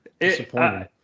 Disappointing